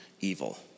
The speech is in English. evil